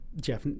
Jeff